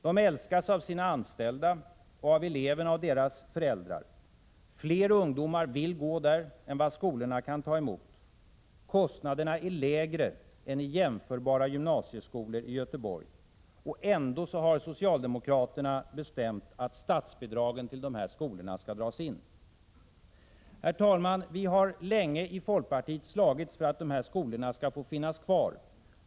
De älskas av sina anställda och av eleverna och deras föräldrar. Fler ungdomar vill gå där än vad skolorna kan ta emot. Kostnaderna är lägre än vid jämförbara gymnasieskolor i Göteborg. Ändå har socialdemokraterna bestämt att statsbidragen för de båda skolorna skall dras in. Herr talman! Vii folkpartiet har länge slagits för att de här skolorna skall få finnas kvar.